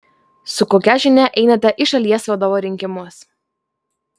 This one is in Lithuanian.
su kokia žinia einate į šalies vadovo rinkimus